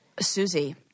Susie